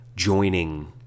joining